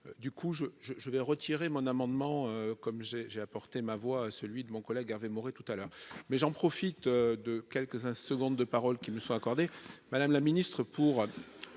du coup je je je vais retirer mon amendement comme j'ai j'ai apporté ma voix à celui de mon collègue Hervé Maurey tout à l'heure, mais j'en profite de quelques-uns secondes de paroles qui ne soit accordées, Madame la Ministre, pour